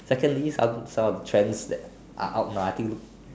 secondly some some of the trends that are out now I think look